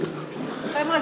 חבר'ה,